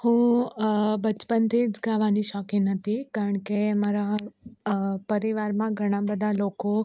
હું બચપણથી જ ગાવાની ઘણી શોખીન હતી કારણ કે મારા પરિવારમાં ઘણા બધા લોકો